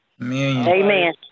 Amen